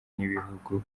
n’ibihugu